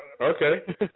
Okay